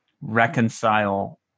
reconcile